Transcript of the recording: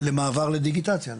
למעבר לדיגיטציה,